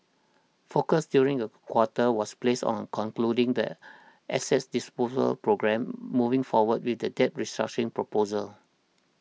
focus during the quarter was placed on concluding the asset disposal programme moving forward with the debt restructuring proposal